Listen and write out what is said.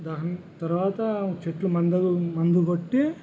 దాని తర్వాత చెట్లు మంద మందు కొట్టి